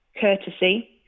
courtesy